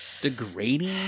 degrading